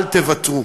אל תוותרו,